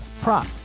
prop